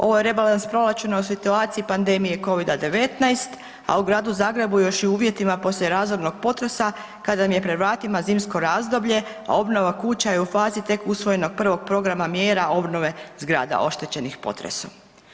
Ovo je rebalans proračuna o situaciji pandemije Covid-19, a u Gradu Zagrebu još i o uvjetima poslije razornog potresa kada im je pred vratima zimsko razdoblje, a obnova kuća je u fazi tek usvojenog prvog programa mjera obnove zgrada oštećenog potresom.